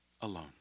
alone